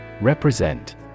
Represent